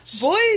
Boys